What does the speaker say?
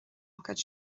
ócáid